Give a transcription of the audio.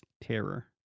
terror